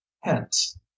hence